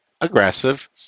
aggressive